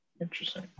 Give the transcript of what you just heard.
Interesting